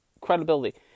credibility